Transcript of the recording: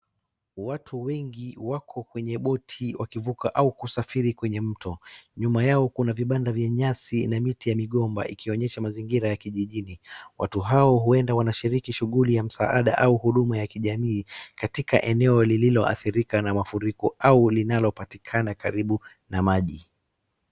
Watu wengi wako kwenye boti wakivuka au kusafiri kwenye mto. Nyuma yao kuna vibanda vya nyasi na miti ya migomba ikionyesha mazingira ya kijijini. Watu hao huenda wanashiriki shughuli ya msaada au huduma ya kijamii katika eneo lililo adhirika na mafuriko au linalopatikana karibu na maji.